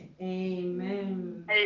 Amen